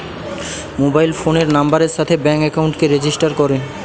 mobile ফোনের নাম্বারের সাথে ব্যাঙ্ক একাউন্টকে রেজিস্টার করে